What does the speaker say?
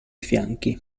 fianchi